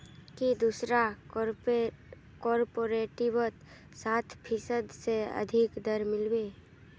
की दूसरा कॉपरेटिवत सात फीसद स अधिक दर मिल बे